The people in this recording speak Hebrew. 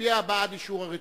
מצביע בעד אישור הרציפות.